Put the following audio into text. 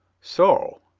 so.